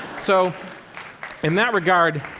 so in that regard,